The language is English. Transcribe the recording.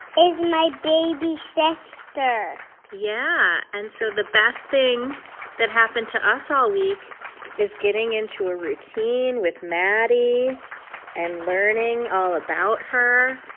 is my baby sister yeah. and so the best thing that happened to us all week is getting into a routine with maddie and learning all about her.